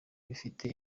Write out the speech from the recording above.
bifite